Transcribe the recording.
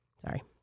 Sorry